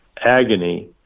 agony